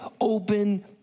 open